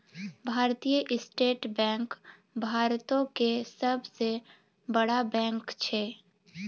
भारतीय state bank भारतो के सभ से बड़ा बैंक छै